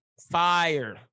Fire